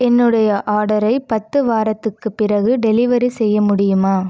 என்னுடைய ஆர்டரை பத்து வாரத்திற்குப் பிறகு டெலிவரி செய்ய முடியுமா